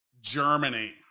Germany